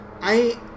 I-